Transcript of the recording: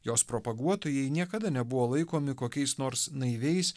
jos propaguotojai niekada nebuvo laikomi kokiais nors naiviais